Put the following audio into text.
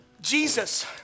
Jesus